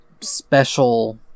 special